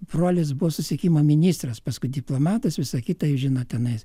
brolis buvo susisiekimo ministras paskui diplomatas visa kita jūs žinot tenais